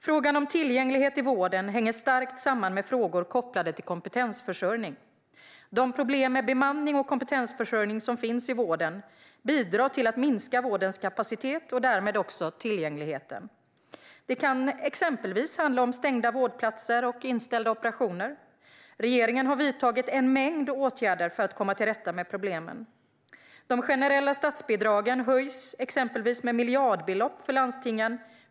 Frågan om tillgänglighet i vården hänger starkt samman med kompetensförsörjning. De problem med bemanning och kompetensförsörjning som finns i vården bidrar till att minska vårdens kapacitet och därmed också tillgängligheten. Det kan exempelvis handla om stängda vårdplatser och inställda operationer. Regeringen har vidtagit en mängd åtgärder för att komma till rätta med problemen. Exempelvis har vi från 2017 höjt de generella statsbidragen med miljardbelopp för landstingen.